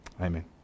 Amen